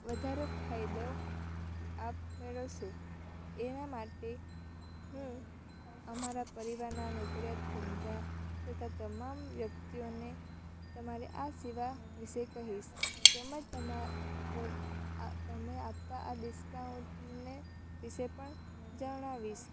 વધારે ફાયદો આપ મેળવીશું એના માટે હું અમારા પરિવારના નોકરીયાત ધંધા તથા તમામ વ્યક્તિઓને તમારી આ સેવા વિશે કહીશ તેમજ તમે આપતા આ ડિસ્કાઉન્ટને વિશે પણ જણાવીશ